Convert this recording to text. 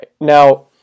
Now